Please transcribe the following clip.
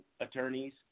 attorneys